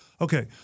Okay